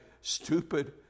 stupid